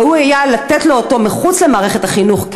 ראוי לתת לו אותו מחוץ למערכת החינוך,